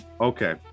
Okay